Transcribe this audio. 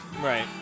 Right